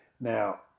Now